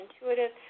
intuitive